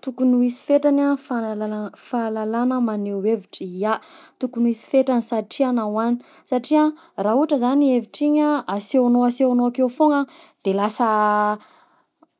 Tokony hisy fetrany a fahalala- fahalalahana maneho hevitra, ya tokony misy fetrany satria nahoàgna, satria raha ohatra zany hevitra igny a asehogna asehonao akeo foagna de lasa